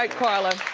like carla.